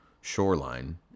shoreline